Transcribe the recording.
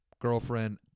girlfriend